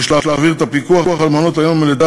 יש להעביר את הפיקוח על מעונות-היום מלידה